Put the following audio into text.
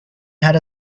had